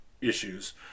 issues